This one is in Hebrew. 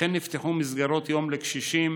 וכן נפתחו מסגרות יום לקשישים,